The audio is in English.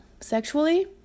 sexually